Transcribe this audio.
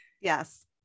Yes